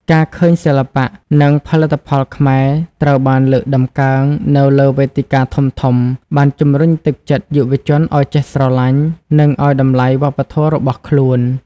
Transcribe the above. ការឃើញសិល្បៈ និងផលិតផលខ្មែរត្រូវបានលើកតម្កើងនៅលើវេទិកាធំៗបានជំរុញទឹកចិត្តយុវជនឱ្យចេះស្រឡាញ់ និងឱ្យតម្លៃវប្បធម៌របស់ខ្លួន។